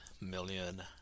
million